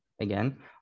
again